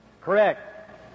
Correct